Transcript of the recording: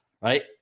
right